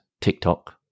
TikTok